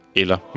eller